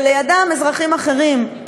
ולידם אזרחים אחרים,